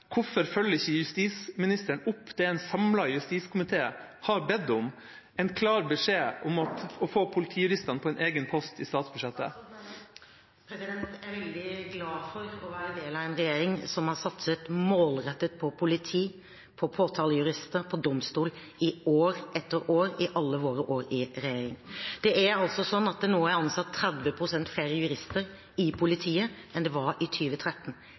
Hvorfor følger ikke justisministeren opp det en samlet justiskomité har bedt om – en klar beskjed om å få politijuristene på en egen post i statsbudsjettet? Jeg er veldig glad for å være del av en regjering som har satset målrettet på politi, på påtalejurister, på domstoler i år etter år i alle våre år i regjering. Det er nå ansatt 30 pst. flere jurister i politiet enn det var i